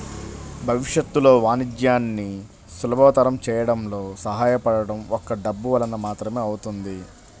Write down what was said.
భవిష్యత్తులో వాణిజ్యాన్ని సులభతరం చేయడంలో సహాయపడటం ఒక్క డబ్బు వలన మాత్రమే అవుతుంది